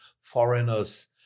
foreigners